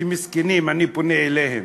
מסכנים, אני פונה אליהם: